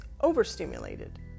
overstimulated